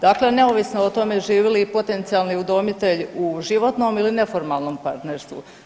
Dakle, neovisno o tome živi li i potencijalni udomitelj u životnom ili neformalnom partnerstvu.